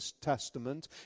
Testament